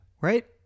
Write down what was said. right